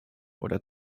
oder